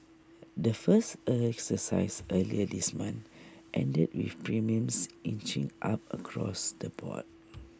the first exercise earlier this month ended with premiums inching up across the board